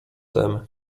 tem